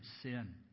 sin